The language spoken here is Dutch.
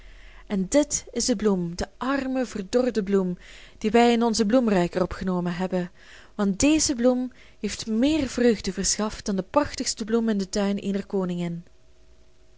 en dit is de bloem de arme verdorde bloem die wij in onzen bloemruiker opgenomen hebben want deze bloem heeft meer vreugde verschaft dan de prachtigste bloem in den tuin eener koningin